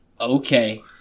Okay